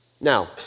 Now